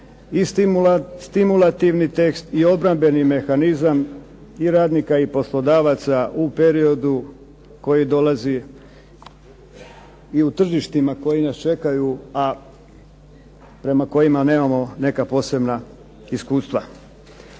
i stimulativni tekst i obrambeni mehanizam i radnika i poslodavaca u periodu koji dolazi i u tržištima koji nas čekaju, a prema kojima nemamo neka posebna iskustva.